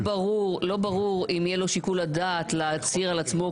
אז מאחר שלא ברור אם יהיה לו שיקול הדעת להצהיר על עצמו